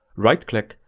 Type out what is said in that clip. right click,